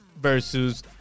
versus